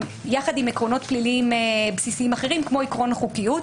עקרונות פליליים בסיסיים אחרים כמו עיקרון החוקיות.